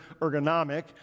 ergonomic